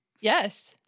Yes